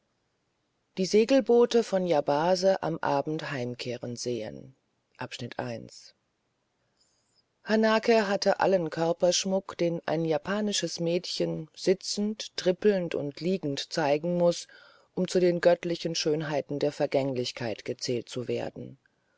die segelboote von yabase im abend heimkehren sehen hanake hatte allen körperschmuck den ein japanisches mädchen sitzend trippelnd und liegend zeigen muß um zu den göttlichen schönheiten der vergänglichkeit gezählt zu werden